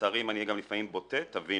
ולצערי אם אני אהיה גם לפעמים בוטה תבינו,